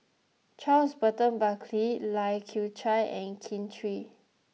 Charles Burton Buckley Lai Kew Chai and Kin Chui